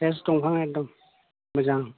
fresh दंफां एखदम मोजां